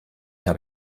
habe